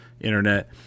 internet